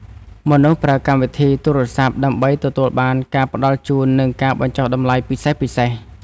មនុស្សប្រើកម្មវិធីទូរសព្ទ ដើម្បីទទួលបានការផ្ដល់ជូន និងការបញ្ចុះតម្លៃពិសេសៗ។